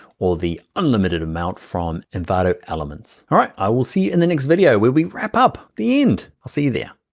or the unlimited amount from envato elements. all right, i will see you in the next video where we wrap up! the end. i'll see you there.